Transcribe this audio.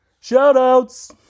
shout-outs